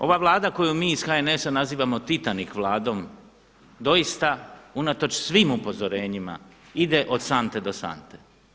Ova Vlada koju mi iz HNS-a nazivamo Titanik vladom, doista unatoč svim upozorenjima ide od sante do sante.